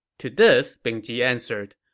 to this, bing ji answered,